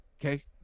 Okay